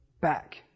back